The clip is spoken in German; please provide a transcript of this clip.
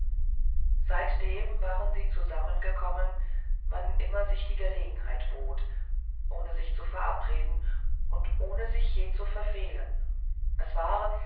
seitdem waren sie zusammengekommen wann immer sich die gelegenheit bot ohne sich zu verabreden und ohne sich je zu verfehlen es war